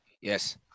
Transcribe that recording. Yes